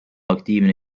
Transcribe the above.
aktiivne